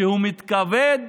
שהוא מתכבד